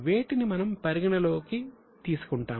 వేటిని మనం పరిగణనలోకి తీసుకుంటాము